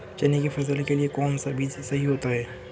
चने की फसल के लिए कौनसा बीज सही होता है?